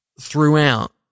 throughout